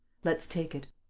let's take it.